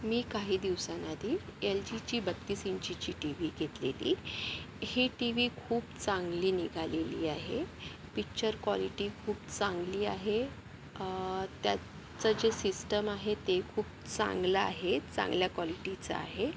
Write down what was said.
मी काही दिवसांआधी एलजीची बत्तीस इंचीची टी व्ही घेतलेली ही टी व्ही खूप चांगली निघालेली आहे पिक्चर कॉलिटी खूप चांगली आहे त्याचं जे सिस्टम आहे ते खूप चांगलं आहे चांगल्या कॉलिटीचं आहे